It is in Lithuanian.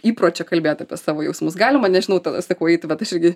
įpročio kalbėt apie savo jausmus galima nežinau tada sakau eit vat aš irgi